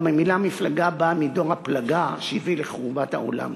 גם המילה "מפלגה" באה מ"דור הפלגה" שהביא להחרבת העולם.